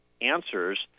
answers